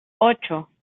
ocho